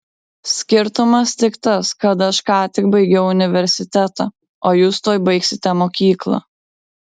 skirtumas tik tas kad aš ką tik baigiau universitetą o jūs tuoj baigsite mokyklą